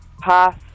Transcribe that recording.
Pass